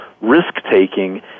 risk-taking